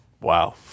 Wow